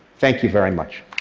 thank you very much.